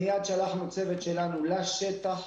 מיד שלחנו צוות שלנו לשטח